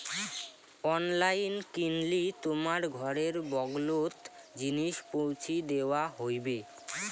online কিনলি তোমার ঘরের বগলোত জিনিস পৌঁছি দ্যাওয়া হইবে